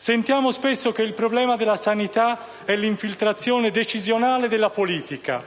Sentiamo spesso che il problema della sanità è l'infiltrazione decisionale della politica: